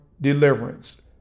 deliverance